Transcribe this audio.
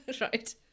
Right